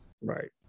Right